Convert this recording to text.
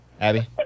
Abby